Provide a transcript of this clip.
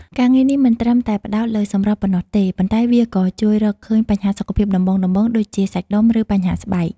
ការងារនេះមិនត្រឹមតែផ្ដោតលើសម្រស់ប៉ុណ្ណោះទេ ប៉ុន្តែវាក៏ជួយរកឃើញបញ្ហាសុខភាពដំបូងៗ ដូចជាដុំសាច់ ឬបញ្ហាស្បែក។